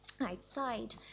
outside